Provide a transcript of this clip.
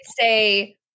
say